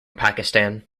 pakistan